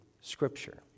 Scripture